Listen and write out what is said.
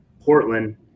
Portland